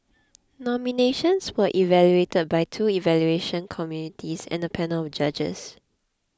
nominations were evaluated by two evaluation committees and a panel of judges